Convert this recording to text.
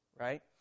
right